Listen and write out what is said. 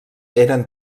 eren